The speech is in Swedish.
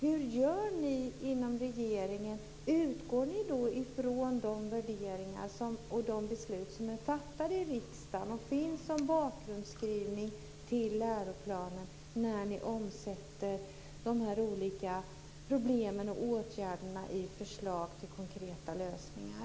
Utgår ni från de värderingar och de beslut som är fattade i riksdagen och som finns som bakgrundsskrivning till läroplanen när ni omsätter de olika problemen och åtgärderna i förslag till konkreta lösningar?